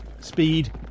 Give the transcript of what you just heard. speed